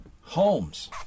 homes